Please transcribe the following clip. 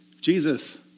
Jesus